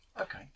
Okay